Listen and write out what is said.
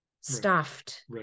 stuffed